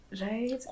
Right